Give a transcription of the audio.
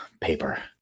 paper